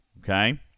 Okay